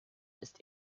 ist